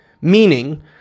meaning